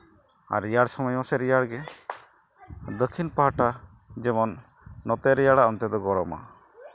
ᱟᱨ ᱨᱮᱭᱟᱲ ᱥᱚᱢᱚᱭ ᱦᱚᱸᱥᱮ ᱨᱮᱭᱟᱲᱜᱮ ᱫᱚᱠᱠᱷᱤᱱ ᱯᱟᱦᱴᱟ ᱡᱮᱢᱚᱱ ᱱᱚᱛᱮ ᱨᱮᱭᱟᱲᱟ ᱚᱱᱛᱮ ᱫᱚ ᱜᱚᱨᱚᱢᱟ